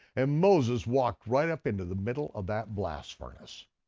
and moses walked right up into the middle of that blast furnace.